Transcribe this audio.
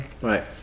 right